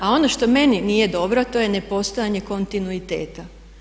A ono što meni nije dobro to je nepostojanje kontinuiteta.